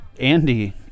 Andy